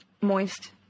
Moist